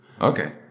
Okay